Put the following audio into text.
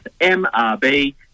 MRB